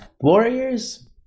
Warriors